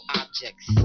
objects